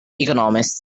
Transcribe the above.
economists